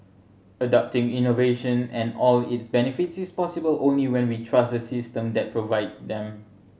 adopting innovation and all its benefits is possible only when we trust the system that provide them